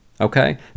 okay